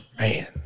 Man